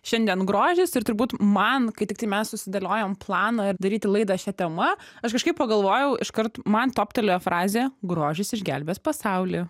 šiandien grožis ir turbūt man kai tik tai mes susidėliojom planą ir daryti laidą šia tema aš kažkaip pagalvojau iškart man toptelėjo frazę grožis išgelbės pasaulį